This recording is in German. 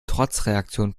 trotzreaktionen